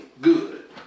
good